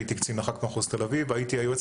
הייתי קצין מחוז תל אביב והייתי היועץ